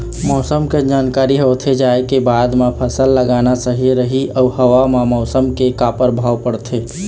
मौसम के जानकारी होथे जाए के बाद मा फसल लगाना सही रही अऊ हवा मा उमस के का परभाव पड़थे?